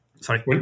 sorry